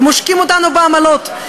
הם עושקים אותנו בעמלות,